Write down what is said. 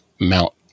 mount